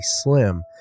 slim